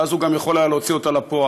ואז הוא גם יכול היה להוציא אותה אל הפועל,